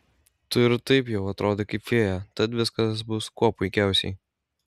tu ir taip jau atrodai kaip fėja tad viskas bus kuo puikiausiai